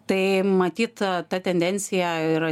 tai matyt ta tendencija ir